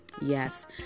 Yes